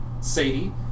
Sadie